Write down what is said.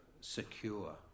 secure